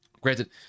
granted